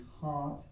heart